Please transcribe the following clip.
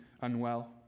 unwell